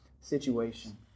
situation